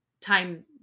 time